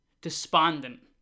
Despondent